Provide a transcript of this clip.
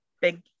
big